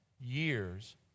year's